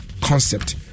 concept